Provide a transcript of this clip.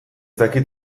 dakit